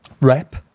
rep